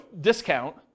discount